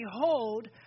Behold